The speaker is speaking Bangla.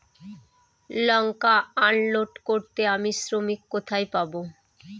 লঙ্কা আনলোড করতে আমি শ্রমিক কোথায় পাবো?